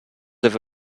have